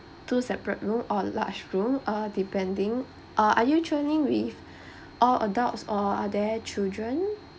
two separate room or large room uh depending uh are you with all adults or are there children